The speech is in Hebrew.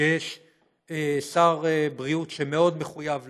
כשיש שר בריאות שמאוד מחויב לזה,